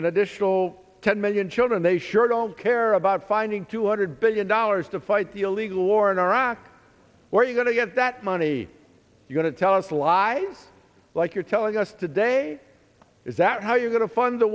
an additional ten million children they sure don't care about finding two hundred billion dollars to fight the illegal war in iraq or you're going to get that money going to tell us lie like you're telling us today is that how you're going to fund the